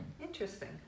Interesting